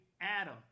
Adam